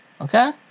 Okay